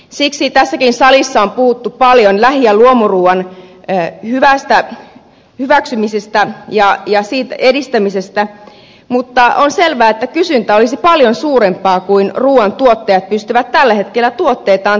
siksi tässäkin salissa on puhuttu paljon lähi ja luomuruuan hyväksymisestä ja edistämisestä mutta on selvää että kysyntä olisi paljon suurempaa kuin ruuan tuottajat pystyvät tällä hetkellä tuotteitaan tarjoamaan